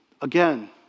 again